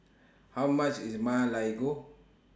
How much IS Ma Lai Gao